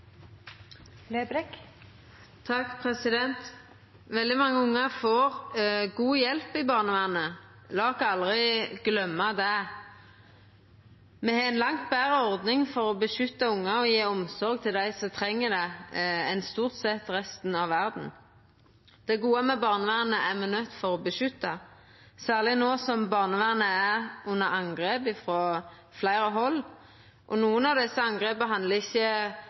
Veldig mange unga får god hjelp i barnevernet. La oss aldri gløyma det. Me har ei langt betre ordning for å beskytta ungar og gje omsorg til dei som treng det, enn stort sett resten av verda. Det gode med barnevernet er me nøydde til å beskytta, særleg no som barnevernet er under angrep frå fleire hald. Nokre av desse